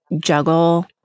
juggle